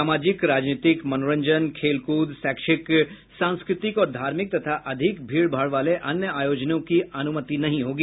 सामाजिक राजनीतिक मनोरंजन खेलकूद शैक्षिक सांस्कृतिक और धार्मिक तथा अधिक भीड़ भाड़ वाले अन्य आयोजनों की अनुमति नहीं होगी